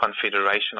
confederation